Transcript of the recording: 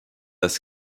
das